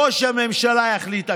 ראש הממשלה יחליט הכול.